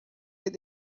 del